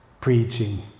preaching